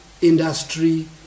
industry